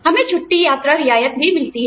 हमें छुट्टी यात्रा रियायत भी मिलती है